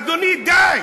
אדוני, די.